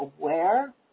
aware